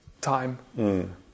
time